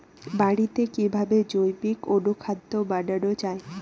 বাড়িতে কিভাবে জৈবিক অনুখাদ্য বানানো যায়?